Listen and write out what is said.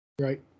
Right